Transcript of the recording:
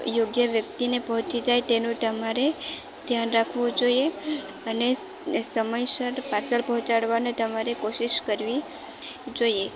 યોગ્ય વ્યક્તિને પહોંચી જાય તેનું તમારે ધ્યાન રાખવું જોઈએ અને સમયસર પાર્સલ પહોંચાડવાની તમારે કોશિશ કરવી જોઈએ